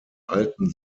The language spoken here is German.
alten